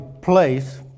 place